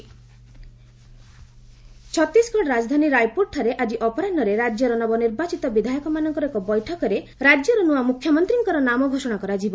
Chhattisgarh new CM Chhattisgarh ରାଜଧାନୀ ରାୟପୁରଠାରେ ଆଜି ଅପରାହୁରେ ରାଜ୍ୟର ନବନିର୍ବାଚିତ ବିଧାୟକମାନଙ୍କର ଏକ ବୈଠକରେ ରାଜ୍ୟର ନୂଆ ମୁଖ୍ୟମନ୍ତ୍ରୀଙ୍କର ନାମ ଘୋଷଣା କରାଯିବ